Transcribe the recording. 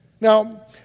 Now